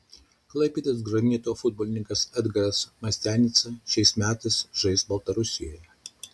klaipėdos granito futbolininkas edgaras mastianica šiais metais žais baltarusijoje